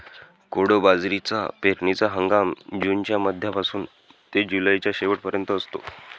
कोडो बाजरीचा पेरणीचा हंगाम जूनच्या मध्यापासून ते जुलैच्या शेवट पर्यंत असतो